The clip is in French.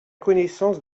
connaissance